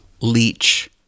Leech